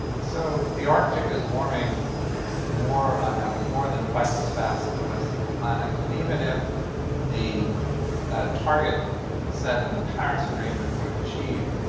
so the arctic is warming more on average, more than twice as fast as the rest of the planet. and even if the target set in the paris agreement were achieved,